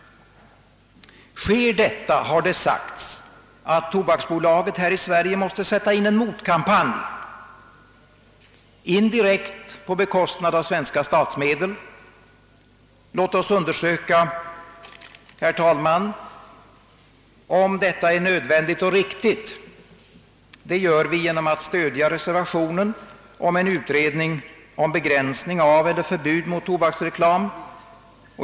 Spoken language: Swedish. Sker detta har det sagts att Tobaksbolaget här i Sverige måste sätta in en motkampanj, indirekt på bekostnad av svenska statsmedel. Låt oss undersöka, herr talman, om det ta är nödvändigt och riktigt. Det gör vi genom att stödja reservationen om utredning och förslag till lagstiftning om begränsning av eller förbud mot tobaksreklam.